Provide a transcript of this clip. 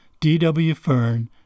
dwfern